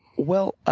well, ah